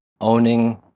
owning